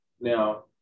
Now